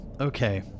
Okay